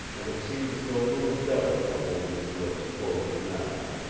and it seemed as though little devils were holding his lips closed now.